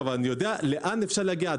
אבל אני יודע לאן אפשר להגיע,